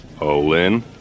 Olin